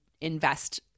invest